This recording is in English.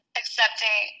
accepting